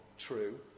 True